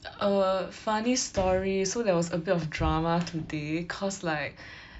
err funny story so there was a bit of drama today cause like